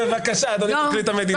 בבקשה, אדוני פרקליט המדינה.